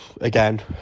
Again